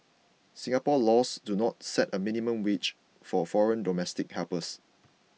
Singapore laws do not set a minimum wage for foreign domestic helpers